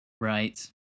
Right